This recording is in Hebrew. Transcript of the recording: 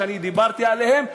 שאני דיברתי עליהן,